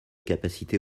capacités